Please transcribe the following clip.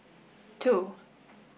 two